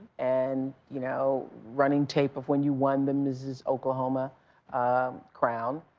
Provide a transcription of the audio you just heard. and, you know, running tape of when you won the mrs. oklahoma crown.